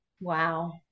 Wow